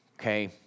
okay